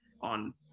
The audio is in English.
on